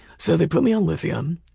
so they put me on lithium,